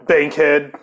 Bankhead